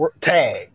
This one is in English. Tag